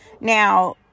Now